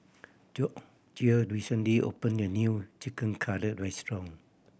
Gregoria recently opened a new Chicken Cutlet Restaurant